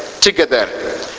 together